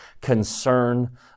concern